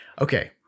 Okay